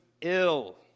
Ill